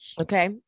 okay